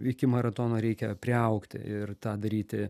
iki maratono reikia priaugti ir tą daryti